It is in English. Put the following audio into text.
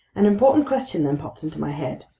an important question then popped into my head.